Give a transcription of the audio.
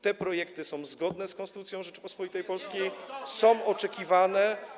Te projekty są zgodne z Konstytucją Rzeczypospolitej Polskiej, są oczekiwane.